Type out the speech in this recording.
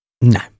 No